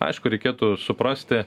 aišku reikėtų suprasti